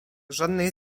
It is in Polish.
żadnej